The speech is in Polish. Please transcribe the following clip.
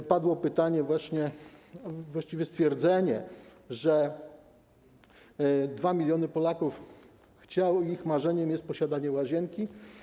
Tu padło pytanie, właściwie stwierdzenie, że 2 mln Polaków chciało... ich marzeniem jest posiadanie łazienki.